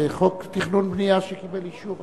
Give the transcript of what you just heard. זה חוק תכנון ובנייה שקיבל אישור,